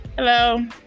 Hello